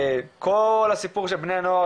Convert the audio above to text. כל הסיפור של בני הנוער,